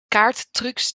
kaarttrucs